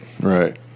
right